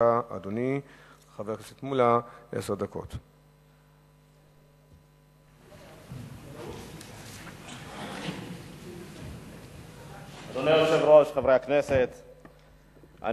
שמספרה 1640. בבקשה, אדוני, חבר הכנסת מולה.